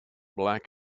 black